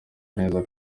neza